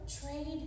trade